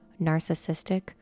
narcissistic